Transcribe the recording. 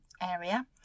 area